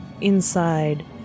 Inside